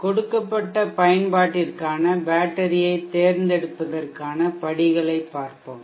கொடுக்கப்பட்ட பயன்பாட்டிற்கான பேட்டரியைத் தேர்ந்தெடுப்பதற்கான படிகளைப் பார்ப்போம்